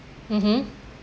mmhmm